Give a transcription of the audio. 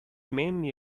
mainly